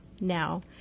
now